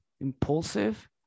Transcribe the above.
impulsive